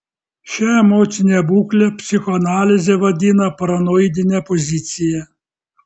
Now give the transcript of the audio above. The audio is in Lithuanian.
šią emocinę būklę psichoanalizė vadina paranoidine pozicija